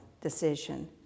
decision